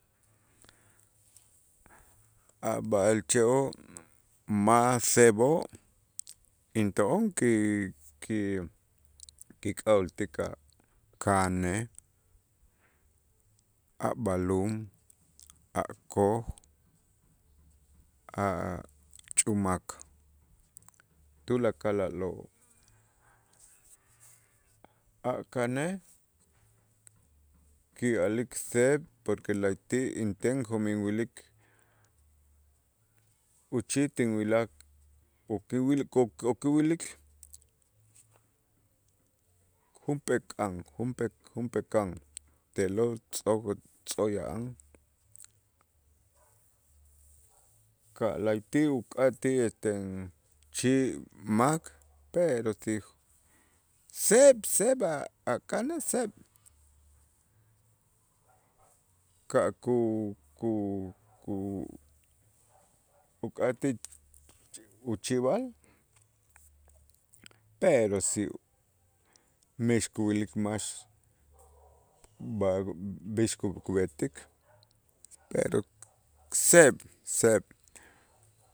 A' b'a'alche'oo' mas seeb'oo' into'on ki- ki- kik'a'ooltik a' kanej, a' b'alum, a' koj, a' ch'umak tulakal a'lo', a' kanej ki' a'lik seeb' porque la'ayti' inten jo'mij inwilik uchij tinwilaj ukiwi ukiwilik junp'ee kan junpee junp'ee kan te'lo' tzo- tzoya'an ka' la'ayti' uk'atij este chimak pero si seeb' seeb' a'-a' kanej seeb' ka' ku- ku- ku- kuk'atij uchib'al pero si mix kuwilik max b'ix kub'etik pero seeb' seeb'.